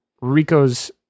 Rico's